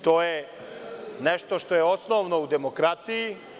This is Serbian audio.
To je nešto što je osnovno u demokratiji.